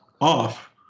off